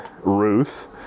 Ruth